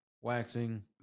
waxing